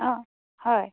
অ হয়